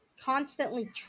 constantly